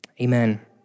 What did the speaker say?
amen